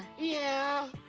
yeah.